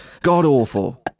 god-awful